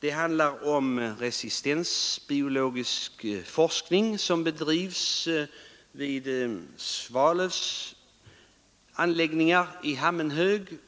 utan om den resistensbiologiska forskning som bedrivs vid Svalövs anläggningar i Hammenhög.